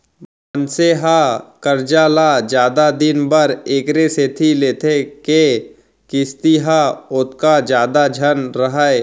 मनसे ह करजा ल जादा दिन बर एकरे सेती लेथे के किस्ती ह ओतका जादा झन रहय